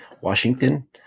Washington